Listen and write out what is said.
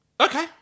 Okay